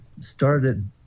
started